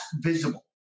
visible